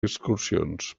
excursions